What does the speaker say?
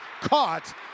Caught